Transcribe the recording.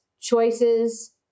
choices